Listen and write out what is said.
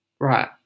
right